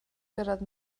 gyrraedd